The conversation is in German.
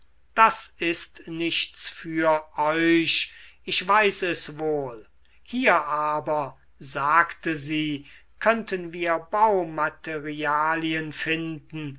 das ist nichts für euch ich weiß es wohl hier aber sagte sie könnten wir baumaterialien finden